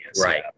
Right